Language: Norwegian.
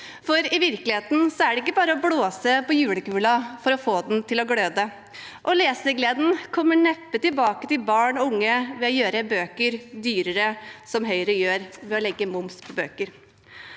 I virkeligheten er det ikke bare å blåse på julekula for å få den til å gløde, og lesegleden kommer neppe tilbake til barn og unge ved å gjøre bøker dyrere, slik Høyre gjør ved å legge moms på bøker.